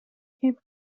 cape